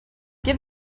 give